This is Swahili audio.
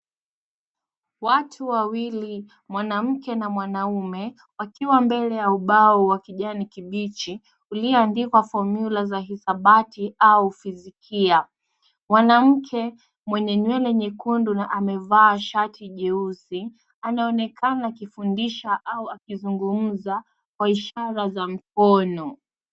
Watu wawili mwanamke na mwanaume, wakiwa mbele ya ubao wa kijani kibichi, ulio andikwa formula za hisabati au physikia. Mwanamke mwenye nywele nyekundu na amevaa shati jeusi, anaonekana akifundisha au akizungumza kwa ishara za mkono.